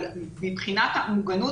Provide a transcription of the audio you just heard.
אבל מבחינת המוגנות,